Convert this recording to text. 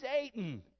Satan